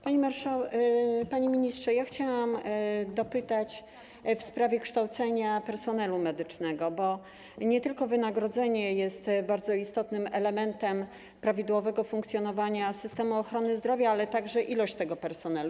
Panie ministrze, chciałam dopytać w sprawie kształcenia personelu medycznego, bo nie tylko wynagrodzenie jest bardzo istotnym elementem prawidłowego funkcjonowania systemu ochrony zdrowia, ale także ilość tego personelu.